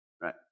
right